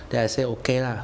then I say okay lah